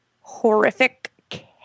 horrific